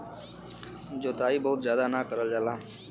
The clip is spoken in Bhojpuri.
जोताई बहुत जादा ना करल जाला